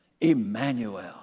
Emmanuel